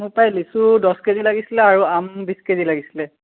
মোক প্ৰায় লিচু দহ কে জি লাগিছিল আৰু আম বিশ কে জি লাগিছিল